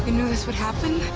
and knew this would happen?